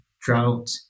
drought